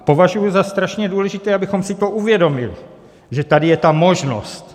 Považuji za strašně důležité, abychom si to uvědomili, že tady je ta možnost.